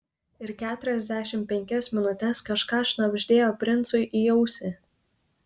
ir keturiasdešimt penkias minutes kažką šnabždėjo princui į ausį